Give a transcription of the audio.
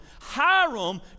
Hiram